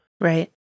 Right